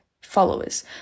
followers